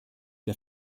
der